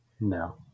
No